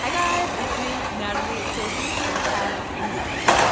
hi guys! its me natalie. so who here has anxiety?